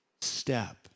step